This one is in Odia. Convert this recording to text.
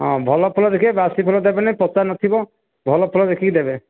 ହଁ ଭଲ ଫୁଲ ଦେଖିବେ ବାସି ଫୁଲ ଦେବେନି ପଚା ନଥିବ ଭଲ ଫୁଲ ଦେଖିକି ଦେବେ